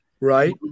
Right